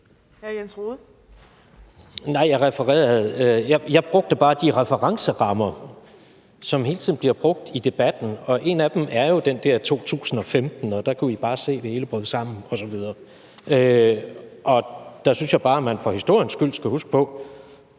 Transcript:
Jens Rohde (RV): Jeg brugte bare de referencerammer, som hele tiden bliver brugt i debatten. Og en af dem er jo den der med 2015, og at der kunne vi bare se det hele bryde sammen osv. Og der synes jeg bare, at man for historiens skyld skal huske på,